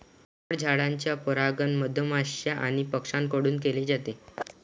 फळझाडांचे परागण मधमाश्या आणि पक्ष्यांकडून केले जाते